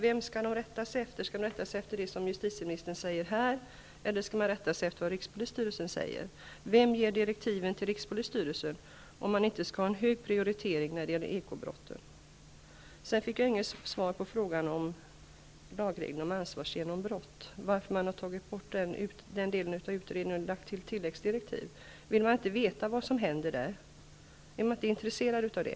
Vem skall man rätta sig efter? Skall man rätta sig efter det som justitieministern säger här eller skall man rätta sig efter vad rikspolisstyrelsen säger? Vem ger direktiven till rikspolisstyrelsen, om man inte skall ha en hög prioritet av ekobrotten? Jag fick inget svar på frågan om lagregeln om ansvarsgenombrott. Varför har man tagit bort den delen av utredningen genom tilläggsdirektiv? Vill man inte veta vad som händer? Är man inte intresserad av det?